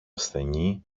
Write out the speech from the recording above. ασθενή